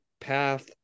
path